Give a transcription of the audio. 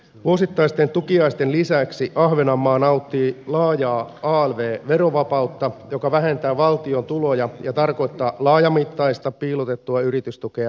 vuosittaisten tukiaisten lisäksi ahvenanmaa nauttii laajaa alv verovapautta joka vähentää valtion tuloja ja tarkoittaa laajamittaista piilotettua yritystukea ahvenanmaalaisille yrityksille